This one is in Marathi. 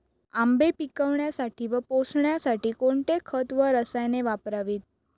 आंबे पिकवण्यासाठी व पोसण्यासाठी कोणते खत व रसायने वापरावीत?